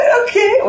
okay